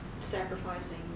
sacrificing